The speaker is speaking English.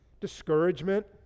discouragement